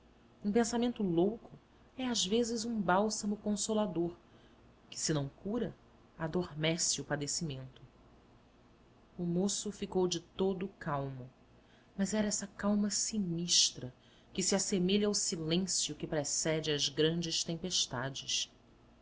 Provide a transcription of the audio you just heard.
um pensamento louco é às vezes um bálsamo consolador que se não cura adormece o padecimento o moço ficou de todo calmo mas era essa calma sinistra que se assemelha ao silêncio que precede as grandes tempestades